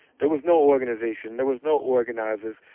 there was no organization. there was no organizers.